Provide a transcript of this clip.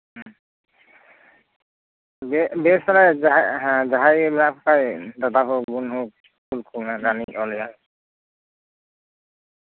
ᱵᱮᱥ ᱛᱟᱞᱦᱮ ᱡᱟᱦᱟᱸᱭ ᱡᱟᱦᱟᱸᱭ ᱜᱮᱢ ᱧᱟᱢ ᱠᱚ ᱠᱷᱟᱱ ᱫᱟᱫᱟ ᱦᱳᱠ ᱵᱩᱱ ᱦᱳᱠ ᱠᱩᱞ ᱠᱟᱠᱚ ᱢᱮ ᱨᱟᱱᱤᱧ ᱚᱞᱟᱭᱟ